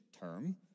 term